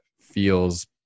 feels